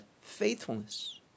faithfulness